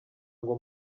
ngo